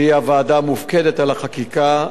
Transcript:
שהיא הוועדה המופקדת על החקיקה,